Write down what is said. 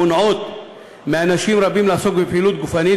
מונעת מאנשים רבים לעסוק בפעילות גופנית,